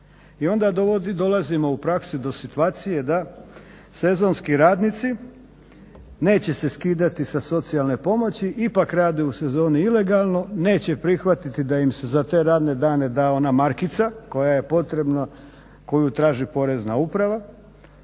I onda dolazimo u praksi do situacije da sezonski radnici neće se skidati sa socijalne pomoći, ipak rade u sezoni ilegalno, neće prihvatiti da im se za te radne dane da ona markica koja je potrebna koju traži Porezna uprava